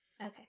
Okay